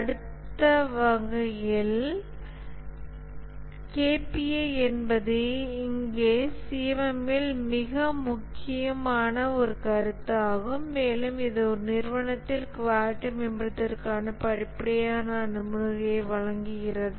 அந்த வகையில் KPA என்பது இங்கே CMM ல் மிக முக்கியமான ஒரு கருத்தாகும் மேலும் இது ஒரு நிறுவனத்தில் குவாலிட்டி மேம்படுத்துவதற்கான படிப்படியான அணுகுமுறையை வழங்குகிறது